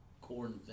corn